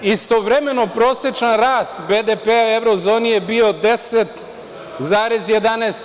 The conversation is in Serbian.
Istovremeno, prosečan rast BDP-a u Evrozoni je bio 10,11%